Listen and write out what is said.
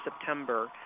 September